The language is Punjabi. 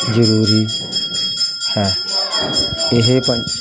ਜ਼ਰੂਰੀ ਹੈ ਇਹ ਪੰਛ